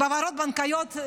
בהעברות בנקאיות?